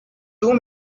too